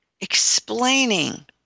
explaining